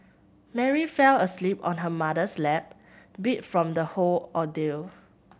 Mary fell asleep on her mother's lap beat from the whole ordeal